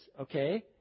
okay